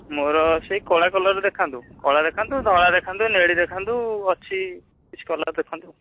ମୋର ସେଇ କଳା କଲର୍ର ଦେଖାନ୍ତୁ କଳା ଦେଖାନ୍ତୁ ଧଳା ଦେଖାନ୍ତୁ ନେଳି ଦେଖାନ୍ତୁ ଅଛି କିଛି କଲର୍ ଦେଖାନ୍ତୁ